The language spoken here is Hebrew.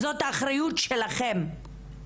זאת אחריות שלכם.